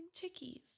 chickies